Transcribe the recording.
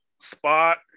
spot